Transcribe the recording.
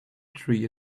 tree